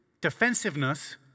defensiveness